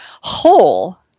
whole